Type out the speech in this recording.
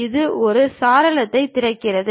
இது ஒரு சாளரத்தைத் திறக்கிறது